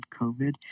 COVID